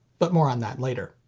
but more on that later.